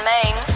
Main